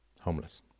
homeless